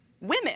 women